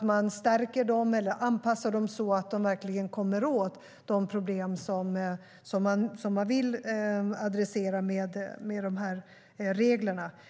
Vi måste se till att de stärks eller anpassas så att vi verkligen kommer åt de problem som vi vill adressera med reglerna.